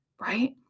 Right